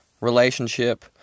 relationship